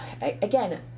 again